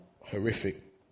horrific